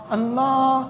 Allah